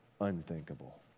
unthinkable